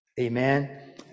Amen